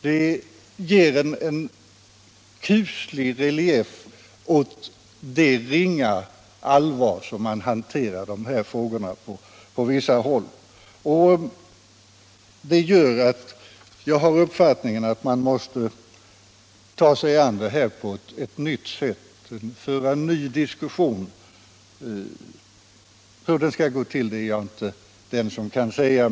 Det ger en kuslig relief åt det ringa allvar som man hanterar de här frågorna med på vissa håll, och det gör att jag har uppfattningen att man måste ta sig an den här frågan på ett nytt sätt, föra en ny diskussion. Hur det skall gå till är jag inte den som kan säga.